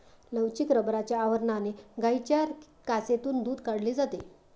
लवचिक रबराच्या आवरणाने गायींच्या कासेतून दूध काढले जाते